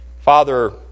Father